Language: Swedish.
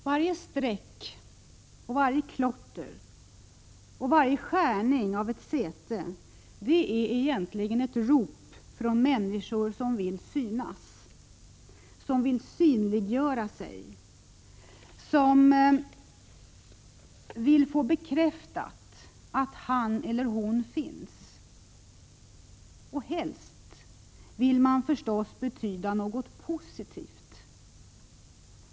Varje streck, varje klotter och varje uppskärning av ett säte är ett rop från människor som vill synas, som vill synliggöra sig, som vill få bekräftat att han eller hon finns. Helst vill man förstås betyda något positivt.